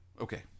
Okay